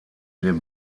den